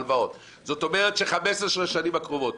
זאת אומרת שהכסף משועבד ל-15 השנים הקרובות.